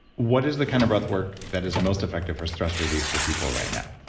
what is the kind of breath work that is most effective for stress relief for people right now?